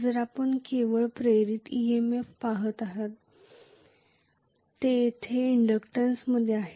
जर आपण केवळ प्रेरित EMF पहात आहोत जे तेथे इंडक्टन्समध्ये आहे